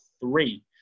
three